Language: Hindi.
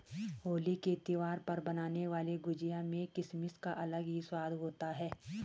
होली के त्यौहार पर बनने वाली गुजिया में किसमिस का अलग ही स्वाद होता है